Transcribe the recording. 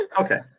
Okay